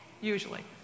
usually